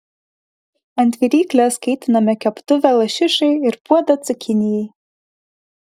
ant viryklės kaitiname keptuvę lašišai ir puodą cukinijai